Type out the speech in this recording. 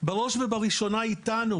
בראש ובראשונה אתנו,